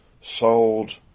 Sold